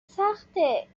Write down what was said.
سخته